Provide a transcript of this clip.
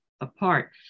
apart